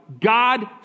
God